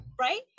right